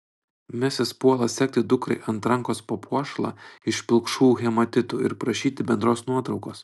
mesis puola segti dukrai ant rankos papuošalą iš pilkšvų hematitų ir prašyti bendros nuotraukos